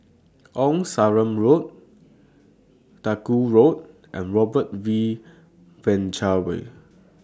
Old Sarum Road Duku Road and Robert V Way